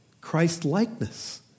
Christ-likeness